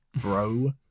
bro